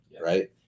right